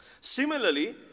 Similarly